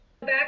Back